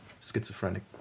schizophrenic